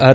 R